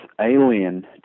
alien